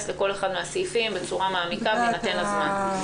לכל אחד מהסעיפים בצורה מעמיקה ויינתן לזה זמן.